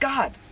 God